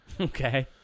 Okay